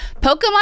Pokemon